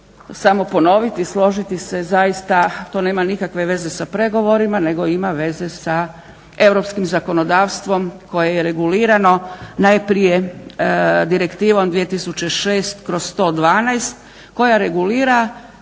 samo ponoviti, složiti se zaista, to nema nikakve veze sa pregovorima nego ima veze sa europskim zakonodavstvom koje je regulirano najprije Direktivom 2006/112 koja regulira